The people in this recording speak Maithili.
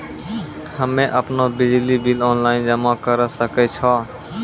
हम्मे आपनौ बिजली बिल ऑनलाइन जमा करै सकै छौ?